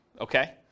Okay